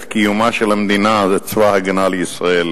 קיומה של המדינה זה צבא-הגנה לישראל,